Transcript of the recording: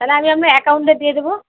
তাহলে আমি আপনার অ্যাকাউন্টে দিয়ে দেব